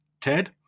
TED